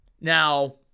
Now